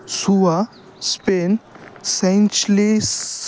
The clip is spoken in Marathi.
सुवा स्पेन सेंचलिस